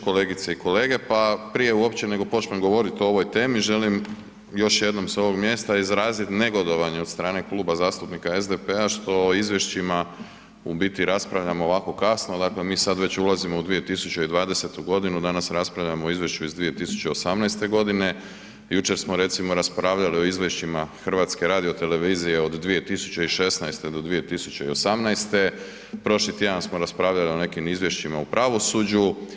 Kolegice i kolege, pa prije uopće nego počnem govoriti o ovoj temi želim još jednom s ovog mjesta izrazit negodovanje od strane Kluba zastupnika SDP-a što o izvješćima u biti raspravljamo ovako kasno, dakle mi sad već ulazimo u 2020. godinu, danas raspravljamo o izvješću iz 2018. godine, jučer smo recimo raspravljali o izvješćima HRT-a od 2016. do 2018., prošli tjedan smo raspravljali o nekim izvješćima u pravosuđu.